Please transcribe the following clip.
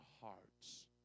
hearts